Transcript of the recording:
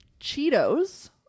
cheetos